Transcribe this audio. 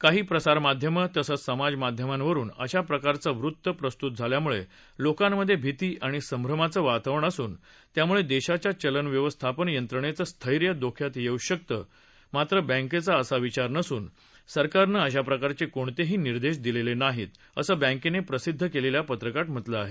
काही प्रसारमाध्यमं तसंच समाजमाध्यमांवरुन अशा प्रकारचं वृत्त प्रस्तृत झाल्यामुळे लोकांमधे भीती आणि संभ्रमाचं वातावरण असून त्यामुळे देशाच्या चलनव्यवस्थापन यंत्रणेचं स्थैर्य धोक्यात येऊ शकतं मात्र बँकेचा असा विचार नसून सरकारनंही अशा प्रकारचे कोणतेही निदेश दिलेले नाहीत असं बँकेनं प्रसिद्ध केलेल्या पत्रकात म्हटलं आहे